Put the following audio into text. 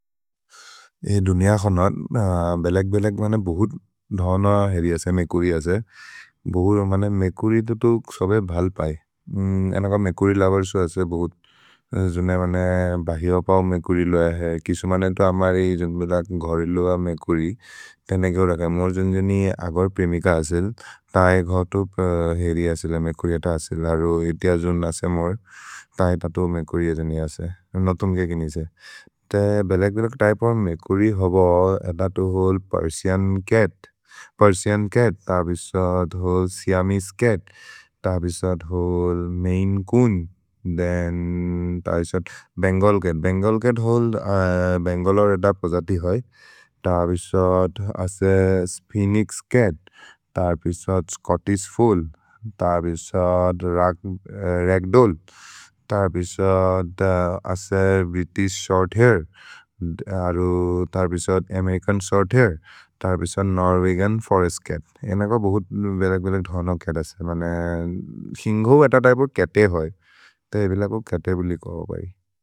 भेलेक् बेलेक् बहुत् धन हेरि असे, मेकुरि असे। मेकुरि तो तो सभे भल् पये। एनकम् मेकुरि लोवेर्स् हो असे बहुत्। भहि हो पौ मेकुरि लोय है। किशु मने तो अमर् हि घरि लोय मेकुरि। मोर् जोन्ज् जोनि अगर् प्रेमिक असेल्, तहे घतोप् हेरि असेल मेकुरि अत असेल्। हरो इतियजोन् न से मोर्, तहे ततु मेकुरि जोनि असे। नतुम् के किनि से। ते बेलेक् बेलेक् तैपोन् मेकुरि होबो, एत तो होल् पेर्सिअन् चत्। पेर्सिअन् चत्, त अबिसोद् होल् सिअमेसे चत्। त अबिसोद् होल् मैने चून्। देन्, त अबिसोद् भेन्गल् चत्। भेन्गल् चत् होल्, भेन्गलोर् एत पजति है। त अबिसोद् असे फोएनिक्स् चत्। त अबिसोद् स्चोत्तिश् फोअल्। त अबिसोद् रग्दोल्ल्। त अबिसोद् असे भ्रितिश् शोर्थैर्। अरु त अबिसोद् अमेरिचन् शोर्थैर्। त अबिसोद् नोर्वेगिअन् फोरेस्त् चत्। एनक् बहुत् बेलेक् बेलेक् धोनो चत् असे। मने, हिन्ग् हो एत तैपोन् चत्-ए होइ। ते एबेलेको चत्-ए बोलि करो बहि।